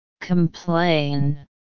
Complain